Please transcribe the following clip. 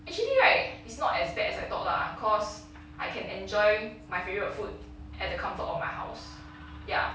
actually right it's not as bad as I thought lah cause I can enjoy my favorite food at the comfort of my house ya